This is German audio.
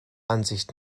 ansicht